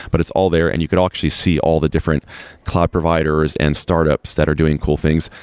but it's all there and you could actually see all the different cloud providers and startups that are doing cool things,